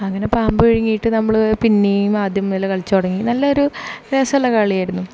അങ്ങനെ പാമ്പ് വിഴുങ്ങിട്ട് നമ്മൾ പിന്നേം ആദ്യം മുതൽ കളിച്ച് തുടങ്ങി നല്ലൊരു രസമുള്ള കളിയായിരുന്നു